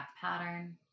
pattern